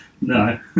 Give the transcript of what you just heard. No